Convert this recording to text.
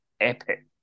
epic